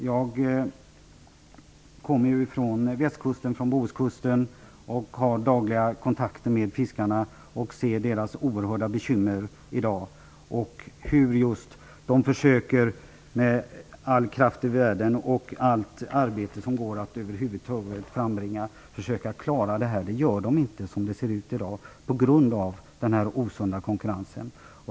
Jag kommer ifrån Bohuskusten och har dagliga kontakter med fiskarna där och ser deras oerhörda bekymmer, hur de med all kraft i världen och allt arbete som det över huvud taget går att frambringa försöker klara det här. Det gör de inte, som det ser ut i dag, på grund av den osunda konkurrensen.